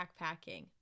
backpacking